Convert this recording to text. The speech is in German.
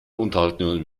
unterhalten